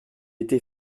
été